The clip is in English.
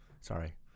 sorry